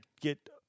get